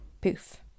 poof